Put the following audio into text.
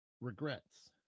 regrets